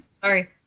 Sorry